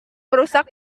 merusak